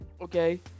okay